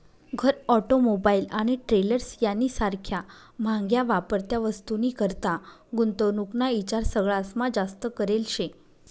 घर, ऑटोमोबाईल आणि ट्रेलर्स यानी सारख्या म्हाग्या वापरत्या वस्तूनीकरता गुंतवणूक ना ईचार सगळास्मा जास्त करेल शे